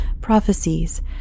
Prophecies